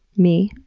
me,